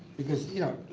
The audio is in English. because you know,